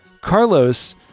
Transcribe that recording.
Carlos